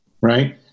right